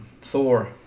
Thor